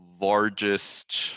largest